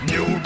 New